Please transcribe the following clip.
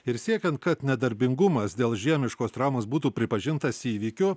ir siekiant kad nedarbingumas dėl žiemiškos traumos būtų pripažintas įvykiu